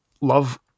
love